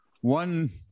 One